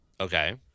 Okay